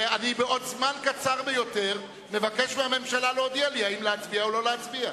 בעוד זמן קצר ביותר נבקש מהממשלה להודיע לי אם להצביע או לא להצביע.